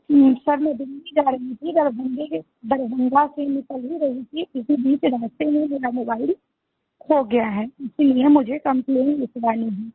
जी sir मैं दिल्ली जा रही थी दरभंगे से दरभंगा से निकल ही रही थी इसी बीच रस्ते में मेरा मोबाईल खो गया है इसलिए मुझे कंप्लेन लिखवानी है